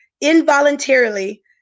involuntarily